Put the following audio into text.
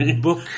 book